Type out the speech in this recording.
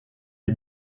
est